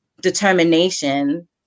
determination